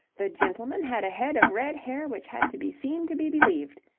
the gentleman had a head of red hair which had to be seen to be believed,